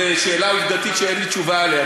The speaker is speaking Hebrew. זו שאלה עובדתית שאין לי תשובה עליה.